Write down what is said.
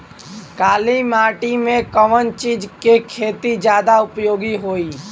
काली माटी में कवन चीज़ के खेती ज्यादा उपयोगी होयी?